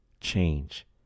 change